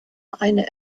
eine